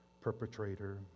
perpetrator